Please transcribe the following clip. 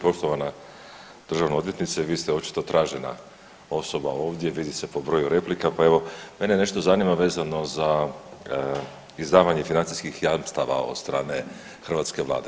Poštovana državna odvjetnice, vi ste očito tražena osoba ovdje, vidi se po broju replika, pa evo mene nešto zanima vezano za izdavanje financijskih jamstava od strane hrvatske vlade.